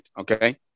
Okay